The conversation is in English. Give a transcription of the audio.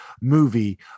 movie